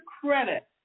credit